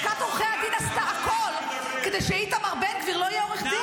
לשכת עורכי הדין עשתה הכול כדי שאיתמר בן גביר לא יהיה עורך דין.